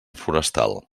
forestal